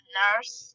nurse